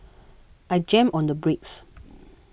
I jammed on the brakes